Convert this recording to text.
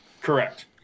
Correct